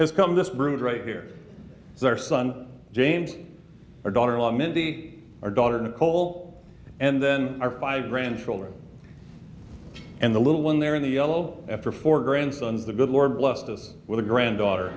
has come this route right here is our son james our daughter in law mindy our daughter nicole and then our five grandchildren and the little one there in the yellow after four grandsons the good lord blessed of with a granddaughter